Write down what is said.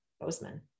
Bozeman